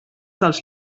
dels